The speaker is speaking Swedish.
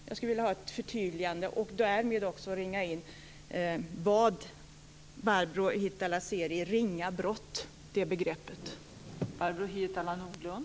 Jag skulle vilja ha ett förtydligande och därmed också kunna ringa in vad Barbro Hietala Nordlund ser i begreppet ringa brott.